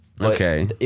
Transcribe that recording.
okay